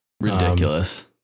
Ridiculous